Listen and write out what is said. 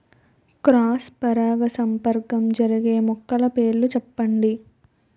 Cross పరాగసంపర్కం జరిగే మొక్కల పేర్లు చెప్పండి?